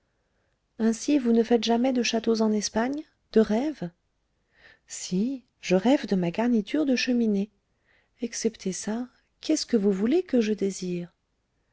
ainsi vous ne faites jamais de châteaux en espagne de rêves si je rêve de ma garniture de cheminée excepté ça qu'est-ce que vous voulez que je désire